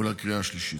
ולקריאה השלישית.